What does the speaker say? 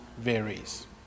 varies